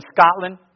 Scotland